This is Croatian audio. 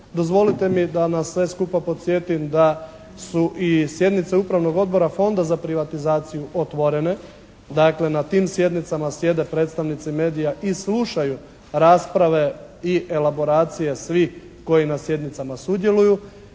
Dozvolite mi da nas sve skupa podsjetim da su i sjednice Upravnog odbora Fonda za privatizaciju otvorene. Dakle na tim sjednicama sjede predstavnici medija i slušaju rasprave i elaboracije svih koji na sjednicama sudjeluju.